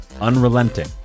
Unrelenting